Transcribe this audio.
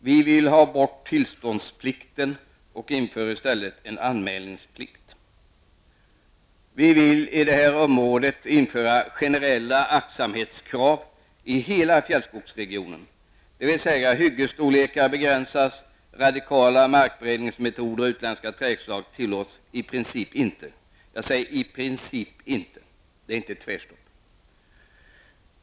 Vi vill ha bort tillståndsplikten och i stället införa en anmälningsplikt. Generella aktsamhetskrav skall införas i hela fjällskogsregionen, dvs. hyggesstorlekar begränsas, radikala markberedningsmetoder och utländska trädslag tillåts i princip inte. Jag vill betona att dessa i princip inte tillåts, men det är inte något tvärstopp.